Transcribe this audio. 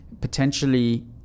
potentially